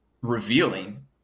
revealing